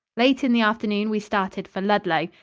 late in the afternoon we started for ludlow.